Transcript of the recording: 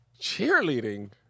Cheerleading